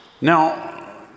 Now